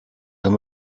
him